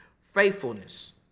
faithfulness